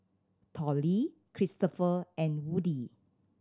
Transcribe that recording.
Tollie Christoper and Woody